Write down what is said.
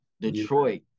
Detroit